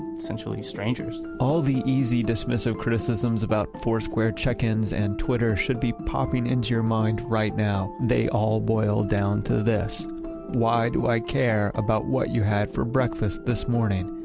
essentially, strangers all the easy, dismissive criticisms about foursquare check-ins and twitter should be popping into your mind right now. they all boil down to this why do i care about what you had for breakfast this morning?